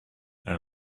our